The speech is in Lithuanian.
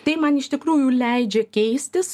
tai man iš tikrųjų leidžia keistis